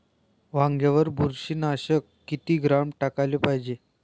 वांग्यावर बुरशी नाशक किती ग्राम टाकाले पायजे?